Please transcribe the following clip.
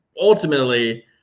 ultimately